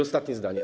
Ostatnie zdanie.